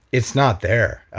it's not there.